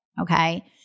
okay